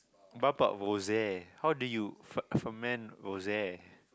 what about rose how do you ferment rose